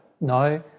No